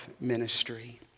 ministry